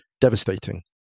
devastating